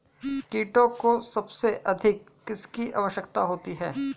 कीटों को सबसे अधिक किसकी आवश्यकता होती है?